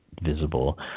visible